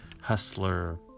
Hustler